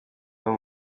baba